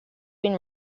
been